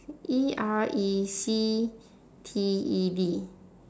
E R E C T E D